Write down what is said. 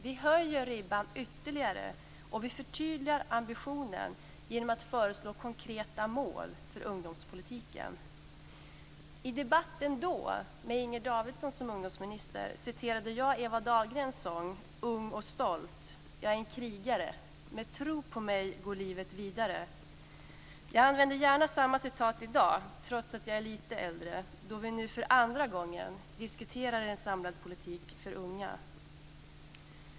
Vi höjer ribban ytterligare, och vi förtydligar ambitionen genom att föreslå konkreta mål för ungdomspolitiken. I debatten då, med Inger Davidson som ungdomsminister, citerade jag Eva Dahlgrens sång: "Ung och stolt, jag är en krigare, med tro på mig går livet vidare". Jag använder gärna samma citat i dag, trots att jag är lite äldre, då vi nu för andra gången diskuterar en samlad politik för unga.